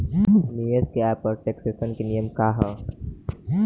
निवेश के आय पर टेक्सेशन के नियम का ह?